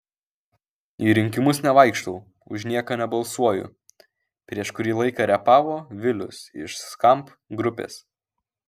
į rinkimus nevaikštau už nieką nebalsuoju prieš kurį laiką repavo vilius iš skamp grupės